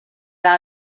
out